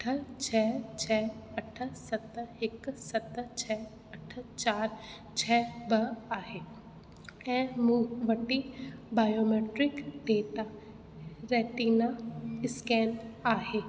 अठ छह छ्ह अठ सत हिकु सत छ्ह अठ चारि छह ॿ आहे ऐं मूं वटी बायोमैट्रिक डेटा रेटीना स्कैन आहे